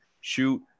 shoot